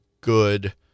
good